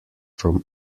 from